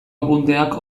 apunteak